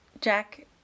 Jack